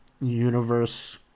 universe